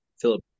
Philip